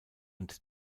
und